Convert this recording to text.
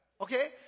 Okay